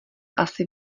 asi